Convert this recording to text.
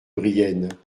brienne